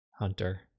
hunter